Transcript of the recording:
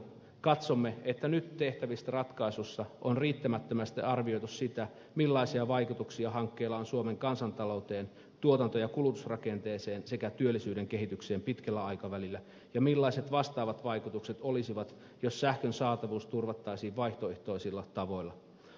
katsomme että nyt tehtävissä ratkaisuissa on riittämättömästi arvioitu sitä millaisia vaikutuksia hankkeella on suomen kansantalouteen tuotanto ja kulutusrakenteeseen sekä työllisyyden kehitykseen pitkällä aikavälillä ja millaiset vastaavat vaikutukset olisivat jos sähkön saatavuus turvattaisiin vaihtoehtoisilla tavoilla